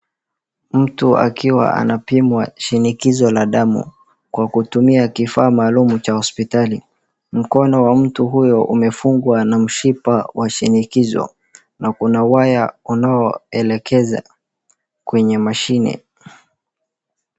Mtu akiwa anapimwa shinikizo la damu kwa kutumia kifaa maalum cha hospitalit. Mkono wa mtu huyo umefungwa na mshipa wa shinikizo na kuna waya unaolekeza kwenye mashine.